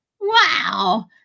Wow